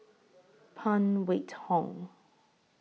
Phan Wait Hong